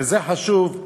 וזה חשוב,